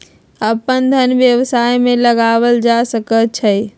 अप्पन धन व्यवसाय में लगायल जा सकइ छइ